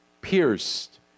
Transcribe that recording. pierced